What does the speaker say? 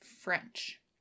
French